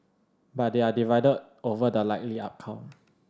but they are divided over the likely outcome